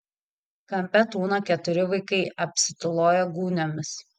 kampe tūno keturi vaikai apsitūloję gūniomis